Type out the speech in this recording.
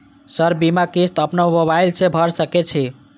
Sir बीमा किस्त अपनो मोबाईल से भर सके छी?